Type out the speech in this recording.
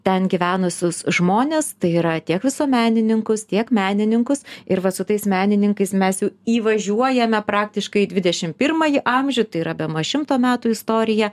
ten gyvenusius žmones tai yra tiek visuomenininkus tiek menininkus ir va su tais menininkais mes jau įvažiuojame praktiškai į dvidešim pirmąjį amžių tai yra bemaž šimto metų istorija